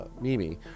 Mimi